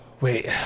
Wait